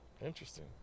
interesting